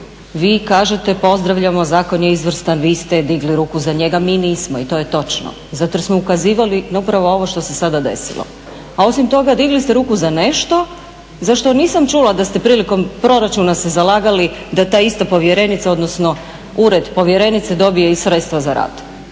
Vi kažete pozdravljamo, zakon je izvrstan, vi ste digli ruku za njega. Mi nismo i to je točno zato jer smo ukazivali na upravo ovo što se sada desilo. A osim toga digli ste ruku za nešto za što nisam čula da ste prilikom proračuna se zalagali da ta ista povjerenica, odnosno Ured povjerenice dobije i sredstva za rad.